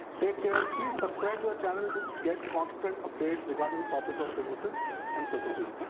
take care. please subscribe to the channel to get constant updates regarding the topic of embassies and circumcision.